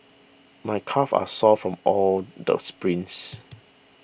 my calves are sore from all the sprints